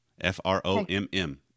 F-R-O-M-M